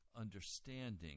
understanding